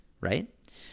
right